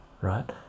right